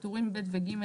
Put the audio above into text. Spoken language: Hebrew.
בטורים ב' ו-ג',